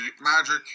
magic